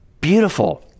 beautiful